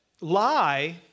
lie